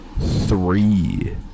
three